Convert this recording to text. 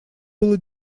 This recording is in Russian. было